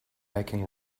making